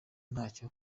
ntacyo